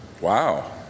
Wow